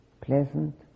pleasant